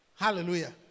Hallelujah